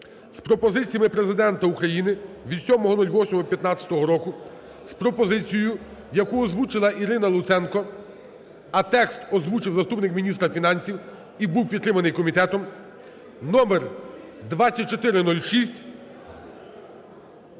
з пропозиціями Президента України від 07.08.2015 року з пропозицією, яку озвучила Ірина Луценко, а текст озвучив заступник міністра фінансів і був підтриманий комітетом (номер 2406)